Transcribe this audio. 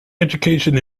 education